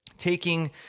taking